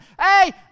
Hey